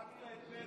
הצחקת את פדרו.